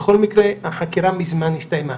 בכל מקרה, החקירה מזמן הסתיימה.